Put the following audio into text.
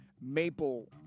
maple